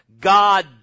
God